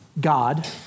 god